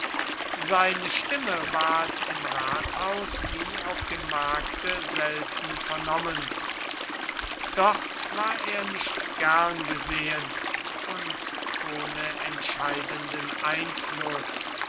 seine stimme ward im rathaus wie auf dem markte selten vernommen dort war er nicht gern gesehen und ohne entscheidenden einfluß